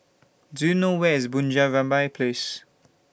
Do YOU know Where IS Bunga Rampai Place